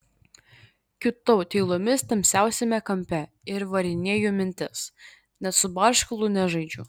kiūtau tylomis tamsiausiame kampe ir varinėju mintis net su barškalu nežaidžiu